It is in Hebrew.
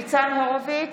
(קוראת בשמות חברי הכנסת) ניצן הורוביץ,